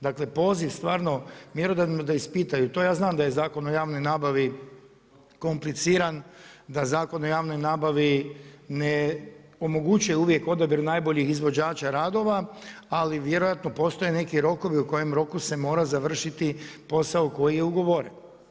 Dakle poziv mjerodavnima ispitaju, to ja znam da je Zakon o javnoj nabavi kompliciran, da Zakon o javnoj nabavi ne omogućuje uvijek odabir najboljih izvođača radova, ali vjerojatno postoje neki rokovi u kojem roku se mora završiti posao koji je ugovoren.